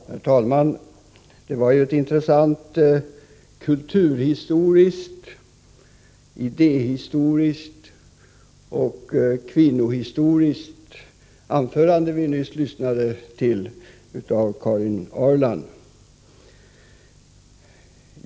Herr talman! Det var ett intressant kulturhistoriskt, idéhistoriskt och kvinnohistoriskt anförande vi nyss lyssnade till av Karin Ahrland.